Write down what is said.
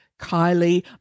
Kylie